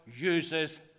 uses